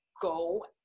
go